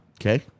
Okay